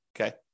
okay